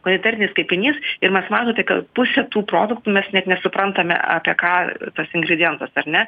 konditerinis kepinys ir mes matote kad pusė tų produktų mes net nesuprantame apie ką tas ingredientas ar ne